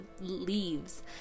leaves